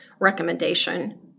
recommendation